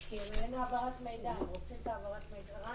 כי אין העברת מידע, רוצים את העברת המידע.